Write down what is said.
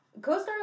CoStar